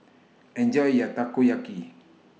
Enjoy your Takoyaki